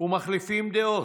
ומחליפים דעות.